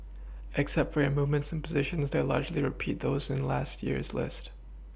except for your movements in positions they largely repeat those in last year's list